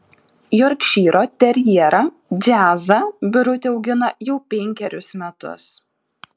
jorkšyro terjerą džiazą birutė augina jau penkerius metus